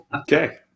Okay